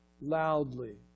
loudly